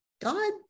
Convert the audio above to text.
God